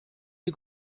you